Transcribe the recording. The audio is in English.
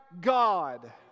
God